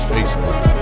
Facebook